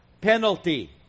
penalty